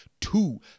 two